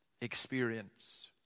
experience